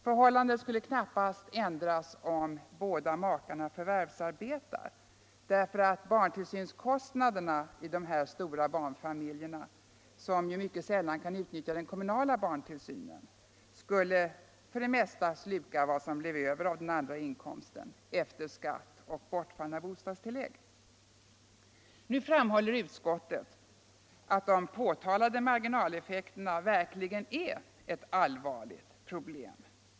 Förhållandet skulle knappast 141 ändras om båda makarna förvärvsarbetar. Barntillsynskostnaderna i de här stora barnfamiljerna, som mycket sällan kan utnyttja den kommunala barntillsynen, skulle för det mesta sluka vad som blir över av den andra inkomsten efter skatt och bortfallna bostadstillägg. Nu framhåller utskottet att de påtalade marginalskatteeffekterna verkligen är ett allvarligt problem.